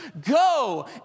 go